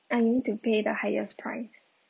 uh need to pay the highest price